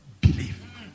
believe